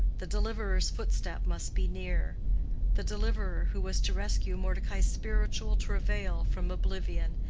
the deliverer's footstep must be near the deliverer who was to rescue mordecai's spiritual travail from oblivion,